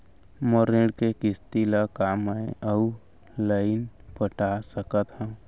मोर ऋण के किसती ला का मैं अऊ लाइन पटा सकत हव?